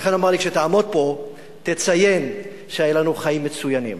ולכן הוא אמר לי: כשתעמוד פה תציין שהיו לנו חיים מצוינים